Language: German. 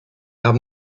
haben